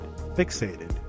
fixated